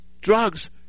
drugs